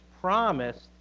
promised